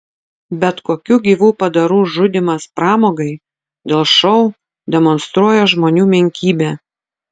bet kokių gyvų padarų žudymas pramogai dėl šou demonstruoja žmonių menkybę